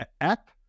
app